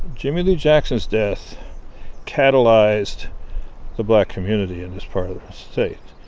jimmie lee jackson's death catalyzed the black community in this part of the state,